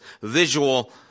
visual